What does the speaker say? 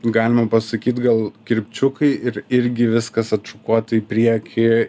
galima pasakyt gal kirpčiukai ir irgi viskas atšukuota į priekį